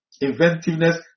inventiveness